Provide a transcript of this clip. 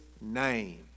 name